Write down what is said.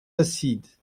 acides